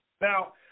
Now